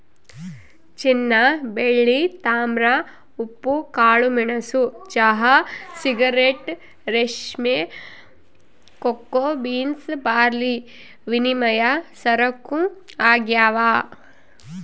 ಚಿನ್ನಬೆಳ್ಳಿ ತಾಮ್ರ ಉಪ್ಪು ಕಾಳುಮೆಣಸು ಚಹಾ ಸಿಗರೇಟ್ ರೇಷ್ಮೆ ಕೋಕೋ ಬೀನ್ಸ್ ಬಾರ್ಲಿವಿನಿಮಯ ಸರಕು ಆಗ್ಯಾವ